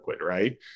right